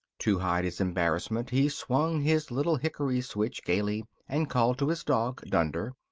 to hide his embarrassment he swung his little hickory switch gaily and called to his dog dunder,